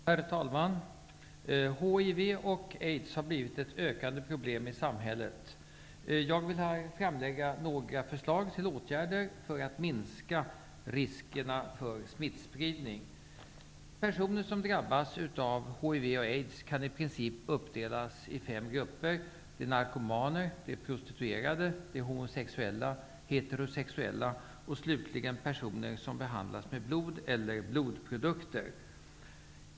Herr talman! HIV och aids har blivit ett ökande problem i samhället. Jag vill här framlägga några förslag till åtgärder som syftar till en minskning av riskerna för smittspridning. Personer som drabbas av HIV och aids kan i princip delas in i fem grupper: narkomaner, pro stituerade, homosexuella, heterosexuella och personer som behandlats med blod eller blodpro dukter.